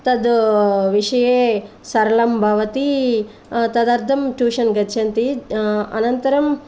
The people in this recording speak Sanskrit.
तद् विषये सरलं भवति तदर्थं ट्यूशन् गच्छन्ति अनन्तरम्